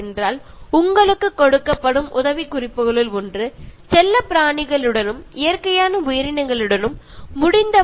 അതിനായി നിങ്ങൾക്ക് തരാനുള്ള ഒരു നിർദ്ദേശം എന്ന് പറയുന്നത് നിങ്ങൾ കഴിയുന്നത്ര വളർത്തുമൃഗങ്ങളുമായും മറ്റു ജീവജാലങ്ങളുമായും വളരെയധികം ഇടപഴകുക എന്നതാണ്